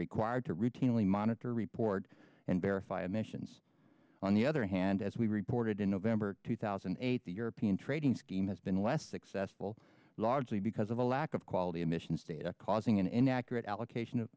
required to routinely monitor report and verify emissions on the other hand as we reported in november two thousand and eight the european trading scheme has been less successful largely because of a lack of quality emissions data causing an inaccurate allocation of